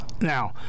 Now